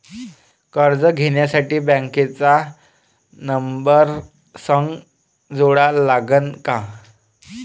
कर्ज घ्यासाठी बँक खात्याचा नंबर संग जोडा लागन का?